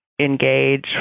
engage